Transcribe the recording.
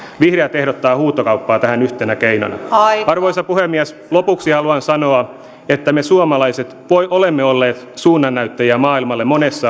vihreät ehdottavat huutokauppaa tähän yhtenä keinona arvoisa puhemies lopuksi haluan sanoa että me suomalaiset olemme olleet suunnannäyttäjiä maailmalle monessa